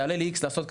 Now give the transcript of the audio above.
יעלה לי X לעשות ככה,